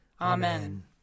Amen